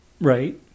Right